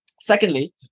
Secondly